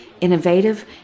innovative